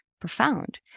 profound